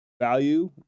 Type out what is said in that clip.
value